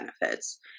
benefits